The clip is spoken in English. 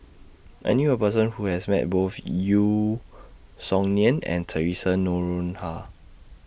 I knew A Person Who has Met Both Yeo Song Nian and Theresa Noronha